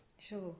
Sure